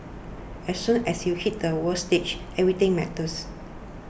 as soon as you hit the world stage everything matters